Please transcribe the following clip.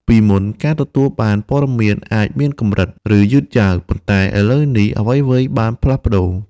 ពីមុន ការទទួលបានព័ត៌មានអាចមានកម្រិត ឬយឺតយ៉ាវ ប៉ុន្តែឥឡូវនេះ អ្វីៗបានផ្លាស់ប្ដូរ។